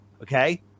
Okay